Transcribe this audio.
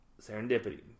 serendipity